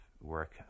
work